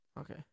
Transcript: Okay